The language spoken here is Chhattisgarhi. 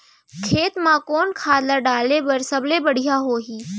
खेत म कोन खाद ला डाले बर सबले बढ़िया होही?